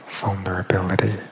vulnerability